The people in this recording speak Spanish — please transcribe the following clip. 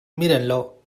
mírenlo